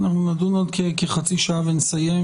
לפועל סעיף שחלק מהתיקונים שנעשו במסגרת תיקון 29 ואחריו,